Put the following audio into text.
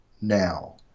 now